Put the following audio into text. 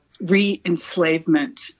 re-enslavement